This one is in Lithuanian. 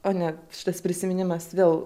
o ne šitas prisiminimas vėl